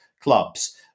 clubs